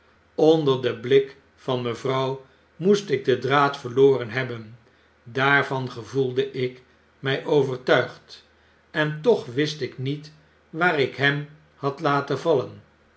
onder den blik van mevrouw moest ik den draad verloren hebben daarvan gevoelde ik my overtuigd en toch wist ik met waar ik hem had laten vallen